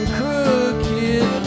Crooked